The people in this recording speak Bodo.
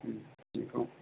बेखौ